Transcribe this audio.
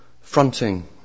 Fronting